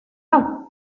hau